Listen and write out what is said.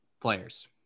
players